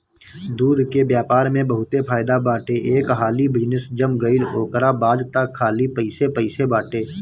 दूध के व्यापार में बहुते फायदा बाटे एक हाली बिजनेस जम गईल ओकरा बाद तअ खाली पइसे पइसे बाटे